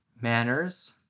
Manners